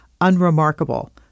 unremarkable